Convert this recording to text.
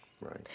Right